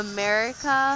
America